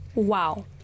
Wow